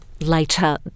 later